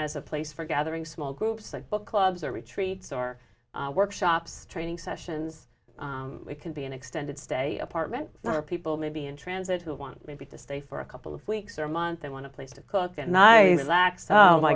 as a place for gathering small groups like book clubs or retreats or workshops training sessions can be an extended stay apartment for people maybe in transit who want maybe to stay for a couple of weeks or months they want to place to cook and i relax oh my